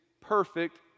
perfect